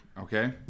okay